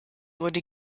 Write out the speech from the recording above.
wurde